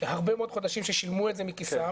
הרבה מאוד חודשים ששילמו את זה מכיסם